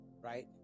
Right